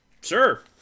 Sure